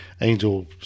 Angel